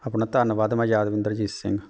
ਆਪਣਾ ਧੰਨਵਾਦ ਮੈਂ ਯਾਦਵਿੰਦਰਜੀਤ ਸਿੰਘ